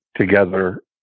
together